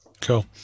cool